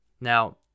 Now